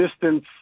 distance